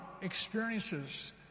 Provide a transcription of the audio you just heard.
experiences